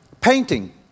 painting